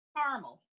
Caramel